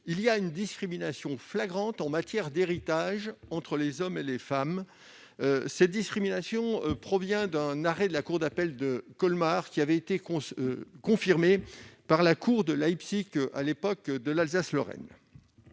de Dabo une discrimination flagrante en matière d'héritage entre les hommes et les femmes. Cette discrimination provient d'un arrêt de la cour d'appel de Colmar, confirmé par la cour d'appel de Leipzig à l'époque de l'Alsace-Lorraine.